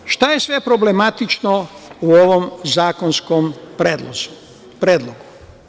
Pod dva, šta je sve problematično u ovom zakonskom predlogu.